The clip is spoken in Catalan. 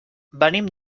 venim